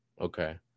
okay